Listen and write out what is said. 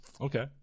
Okay